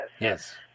yes